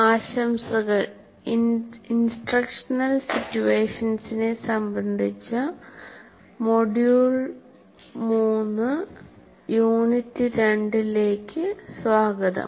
ആശംസകൾഇൻസ്ട്രക്ഷണൽ സിറ്റുവേഷൻസിനെ സംബന്ധിച്ച module 3 unit രണ്ടിലേക്ക് സ്വാഗതം